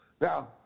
Now